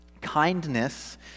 kindness